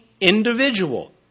individual